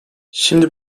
şimdi